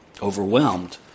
overwhelmed